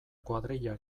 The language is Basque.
kuadrilla